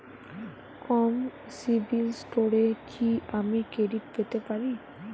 কম CIBIL স্কোরে কি আমি ক্রেডিট পেতে পারি?